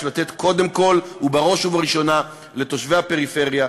יש לתת קודם כול ובראש ובראשונה לתושבי הפריפריה,